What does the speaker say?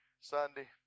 Sunday